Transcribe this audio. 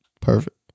Perfect